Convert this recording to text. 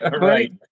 right